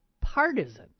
partisan